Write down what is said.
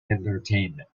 entertainment